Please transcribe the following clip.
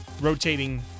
rotating